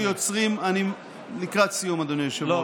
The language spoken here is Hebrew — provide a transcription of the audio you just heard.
אני לקראת סיום, אדוני היושב-ראש.